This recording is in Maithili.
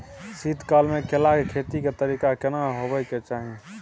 शीत काल म केला के खेती के तरीका केना होबय के चाही?